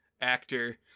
actor